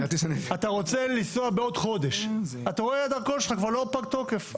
אתה רוצה לנסוע בעוד חודש ואתה רואה שהדרכון שלך כבר פג תוקף,